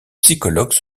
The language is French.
psychologues